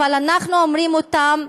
אבל אנחנו אומרים אותן,